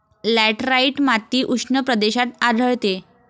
laterite माती उष्ण प्रदेशात आढळते